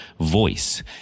voice